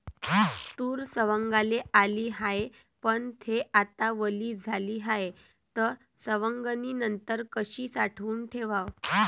तूर सवंगाले आली हाये, पन थे आता वली झाली हाये, त सवंगनीनंतर कशी साठवून ठेवाव?